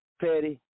Petty